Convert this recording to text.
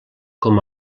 com